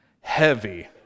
Heavy